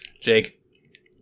Jake